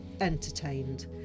entertained